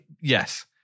yes